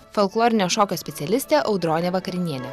folklorinio šokio specialistė audronė vakarinienė